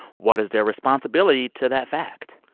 what is their responsibility to that fact?